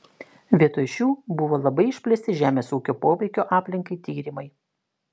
vietoj šių buvo labai išplėsti žemės ūkio poveikio aplinkai tyrimai